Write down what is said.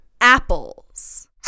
Apples